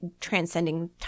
transcending